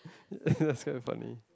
that's quite funny